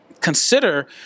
consider